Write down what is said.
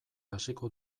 hasiko